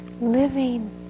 living